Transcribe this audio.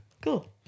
Cool